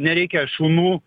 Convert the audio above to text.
nereikia šunų